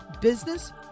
business